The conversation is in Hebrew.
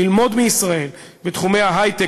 ללמוד מישראל בתחומי ההיי-טק,